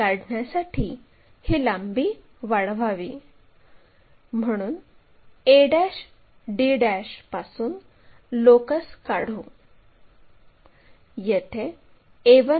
तर संदर्भ प्लेनच्या संबंधित लाईनच्या किंवा त्यांच्या विस्ताराच्या छेदनबिंदूला लाईनचे ट्रेस असे म्हणतात